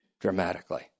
dramatically